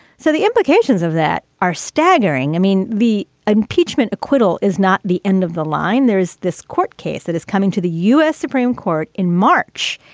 so the implications of that are staggering. i mean, the impeachment acquittal is not the end of the line. there is this court case that is coming to the u s supreme court in march.